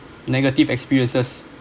negative experiences